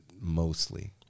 mostly